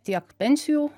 tiek pensijų